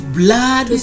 blood